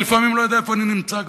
אני לפעמים לא יודע איפה אני נמצא כבר.